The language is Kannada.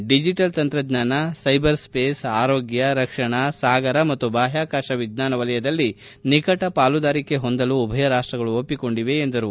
ಡಿಜಟಲ್ ತಂತ್ರಜ್ಞಾನ ಸೈಬರ್ಸ್ಪೇಸ್ ಆರೋಗ್ಕ ರಕ್ಷಣಾ ಸಾಗರ ಮತ್ತು ಬಾಹ್ಕಾಕಾತ ವಿಜ್ಞಾನ ಕ್ಷೇತ್ರದಲ್ಲಿ ನಿಕಟ ಪಾಲುದಾರಿಕೆ ಹೊಂದಲು ಉಭಯ ರಾಷ್ಷಗಳು ಒಪ್ಪಿಕೊಂಡಿವೆ ಎಂದರು